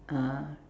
uh